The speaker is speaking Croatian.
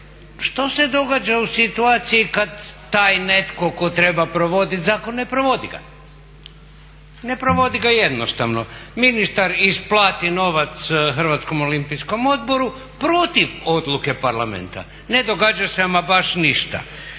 Što se događa u situaciji kada taj netko tko treba provoditi zakon ne provodi ga? Ne provodi ga jednostavno. Ministar isplati novac Hrvatskom olimpijskom odboru protiv odluke Parlamenta. Ne događa se ama baš ništa.